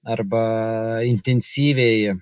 arba intensyviai